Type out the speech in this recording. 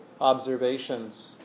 observations